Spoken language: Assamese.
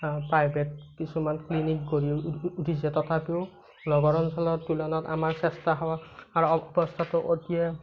প্ৰাইভেট কিছুমান ক্লিনিক গঢ়ি উঠিছে তথাপিও নগৰ অঞ্চলৰ তুলনাত আমাৰ স্বাস্থ্যসেৱাৰ অৱস্থাটো অতিয়ে